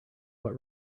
what